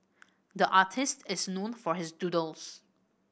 the artist is known for his doodles